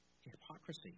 hypocrisy